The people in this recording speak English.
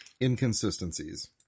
inconsistencies